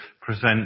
present